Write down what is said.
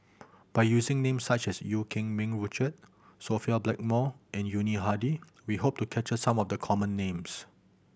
by using names such as Eu Keng Mun Richard Sophia Blackmore and Yuni Hadi we hope to capture some of the common names